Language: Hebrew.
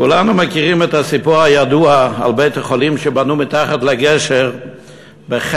כולנו מכירים את הסיפור הידוע על בית-החולים שבנו מתחת לגשר בחלם.